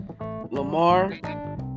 Lamar